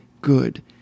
good